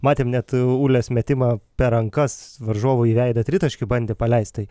matėm net ulės metimą per rankas varžovui į veidą tritaškį bandė paleist tai